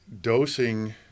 dosing